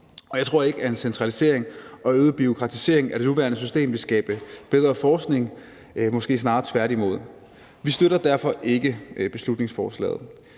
Jeg tror ikke, at en centralisering og øget bureaukratisering af det nuværende system vil skabe bedre forskning, måske snarere tværtimod. Vi støtter derfor ikke beslutningsforslaget.